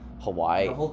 Hawaii